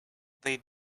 they